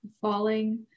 Falling